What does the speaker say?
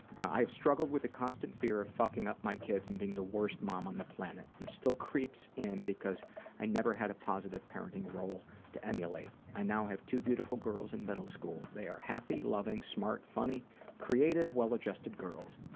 i have struggled with a constant fear of fucking up my kids and being the worst mom on the planet. it still creeps in, because i never had a positive parenting role to emulate. i now have two beautiful girls in middle school. they are happy, loving, smart, funny, creative, well-adjusted girls.